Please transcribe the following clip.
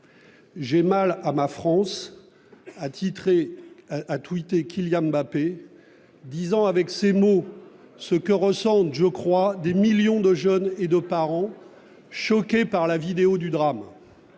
J'ai mal à ma France » a twitté Kylian Mbappé, disant avec ses mots ce que ressentent des millions de jeunes et de parents, choqués par la vidéo du drame.